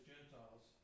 Gentiles